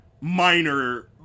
minor